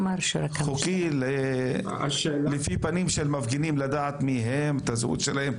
חוקי לפי פנים של מפגינים לדעת מי הם, את זהותם?